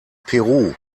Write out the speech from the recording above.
peru